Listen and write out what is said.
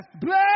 Bless